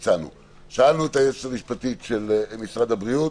שאלנו את היועצת המשפטית של משרד הבריאות,